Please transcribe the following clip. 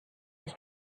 his